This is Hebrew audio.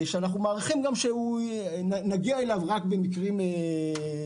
ואנחנו גם מעריכים שנגיע אליו רק במקרים חריגים,